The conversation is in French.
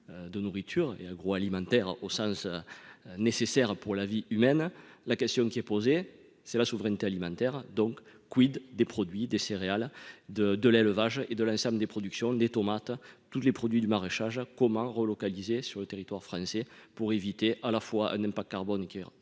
de nourriture et agroalimentaires au sens nécessaire pour la vie humaine, la question qui est posée, c'est la souveraineté alimentaire donc quid des produits des céréales de de l'élevage et de l'ensemble des productions, des tomates, tous les produits du maraîchage comment relocalisé sur le territoire français pour éviter à la fois n'aime pas carbone qui est